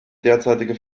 derzeitige